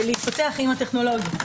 להתפתח עם הטכנולוגיה,